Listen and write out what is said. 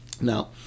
now